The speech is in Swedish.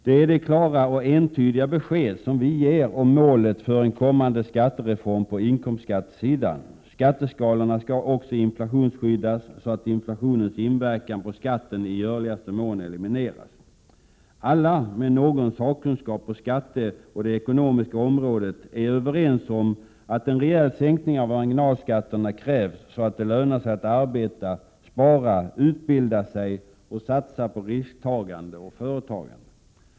Det är det klara ocn entydiga besked vi ger om målet för en kommande skattereform på inkomstskattesidan. Skatteskalorna skall också inflationsskyddas så att inflationens inverkan på skatten i görligaste mån elimineras. Alla med någon sakkunskap på skatteområdet och det ekonomiska området är överens om att en rejäl sänkning av marginalskatterna krävs så att det lönar sig att arbeta, spara, utbilda sig och satsa på risktagande och företagande.